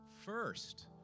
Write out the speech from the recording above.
first